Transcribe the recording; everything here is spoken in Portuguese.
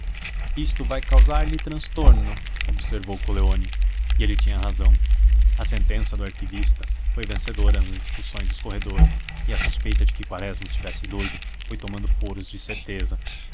isto vai causar lhe transtorno observou coleoni e ele tinha razão a sentença do arquivista foi vencedora nas discussões dos corredores e a suspeita de que quaresma estivesse doido foi tomando foros de certeza